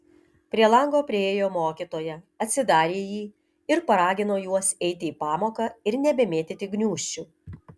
prie lango priėjo mokytoja atsidarė jį ir paragino juos eiti į pamoką ir nebemėtyti gniūžčių